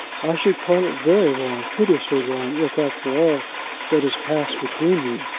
i should call it very wrong hideously wrong, if after all that has passed between you,